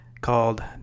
called